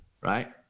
Right